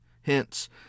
Hence